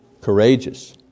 courageous